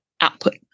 output